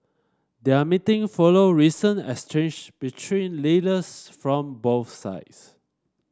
their meeting follow recent exchange between leaders from both sides